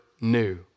new